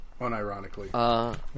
unironically